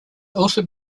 also